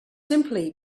simply